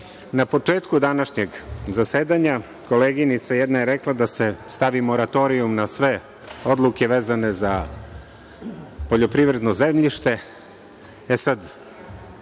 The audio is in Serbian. Na početku današnjeg zasedanja koleginica jedna je rekla da se stavi moratorijum na sve odluke vezano za poljoprivredno zemljište.